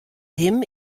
him